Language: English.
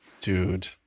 dude